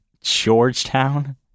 Georgetown